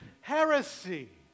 heresy